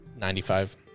95